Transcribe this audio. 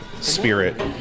spirit